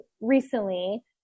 recently